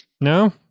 No